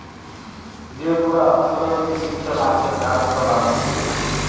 যে পুরা অথ্থলৈতিক সিসট্যাম আছে কাজ ক্যরার